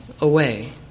away